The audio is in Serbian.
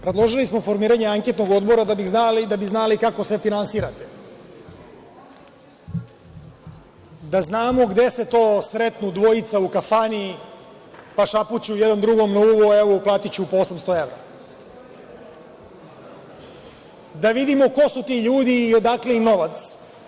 Predložili smo formiranje anketnog odbora da bi znali kako se finansirate, da znamo gde se to sretnu dvojica u kafani, pa šapuću jedan drugom na uvo, evo uplatiću po 800 evra, da vidimo ko su ti ljudi i odakle im novac.